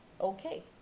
okay